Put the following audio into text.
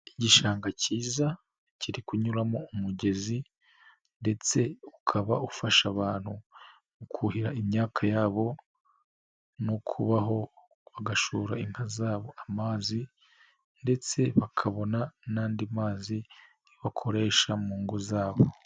Igishanga cyiza, kiri kunyuramo umugezi, ndetse ukaba ufasha abantu mu kuhira imyaka yabo, no kubaho bagashora inka zabo amazi, ndetse bakabona n'andi mazi bakoresha mu ngo zabo.